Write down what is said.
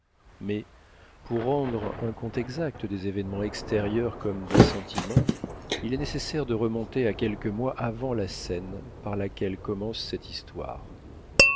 mais pour rendre un compte exact des événements extérieurs comme des sentiments il est nécessaire de remonter à quelques mois avant la scène par laquelle commence cette histoire